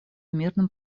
мирном